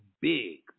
big